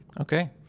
Okay